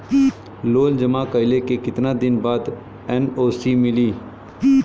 Loan जमा कइले के कितना दिन बाद एन.ओ.सी मिली?